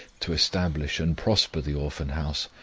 to establish and prosper the orphan-house,